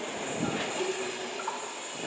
ᱦᱮᱸ ᱴᱷᱤᱠ ᱜᱮ